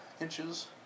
inches